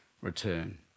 return